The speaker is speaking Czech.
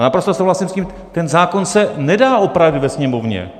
A naprosto souhlasím s tím, že ten zákon se nedá opravit ve Sněmovně.